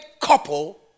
couple